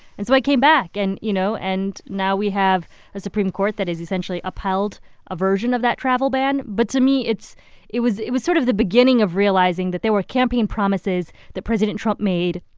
and so i came back. and, you know, and now we have a supreme court that has essentially upheld a upheld a version of that travel ban but to me, it's it was it was sort of the beginning of realizing that there were campaign promises that president trump made.